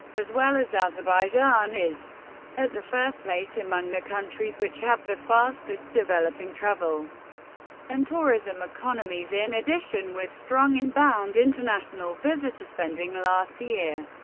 as well as, azerbaijan is at the first place among the countries which have the fastest developing travel and tourism economies in addition with strong inbound international visitor spending last year.